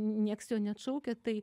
nieks jo neatšaukia tai